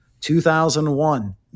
2001